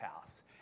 house